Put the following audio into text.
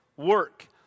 work